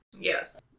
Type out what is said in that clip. yes